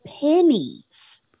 pennies